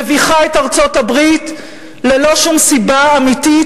מביכה את ארצות-הברית ללא שום סיבה אמיתית